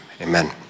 Amen